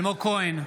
אלמוג כהן,